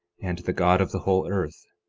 and the god of the whole earth,